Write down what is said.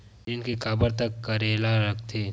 ऋण के काबर तक करेला लगथे?